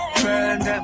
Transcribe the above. friend